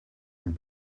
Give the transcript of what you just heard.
and